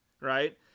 Right